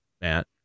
Matt